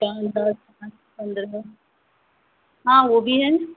पाँच दस पाँच पन्द्रह हाँ वह भी है